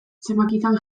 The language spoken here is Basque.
zenbakitan